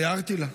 הערתי לה.